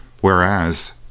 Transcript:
Whereas